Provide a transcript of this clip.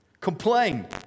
complain